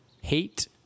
hate